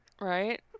Right